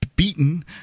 beaten